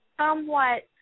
somewhat